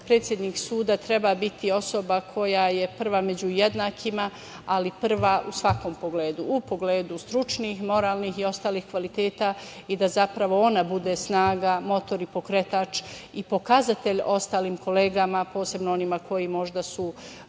predsednik suda treba biti osoba koja je prva među jednakima, ali prva u svakom pogledu, u pogledu stručnih, moralnih i ostalih kvaliteta i da zapravo ona bude snaga, motor i pokretač i pokazatelj ostalim kolegama, posebno onima koji su